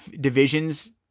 divisions